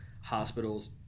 hospitals